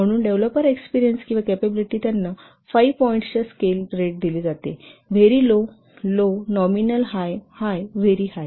म्हणून developer experience आणि capability त्यांना 5 पॉईंट्सच्या स्केल रेट केली जाते very low low nominal high high very हाय